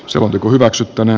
selonteko hyväksyttäneen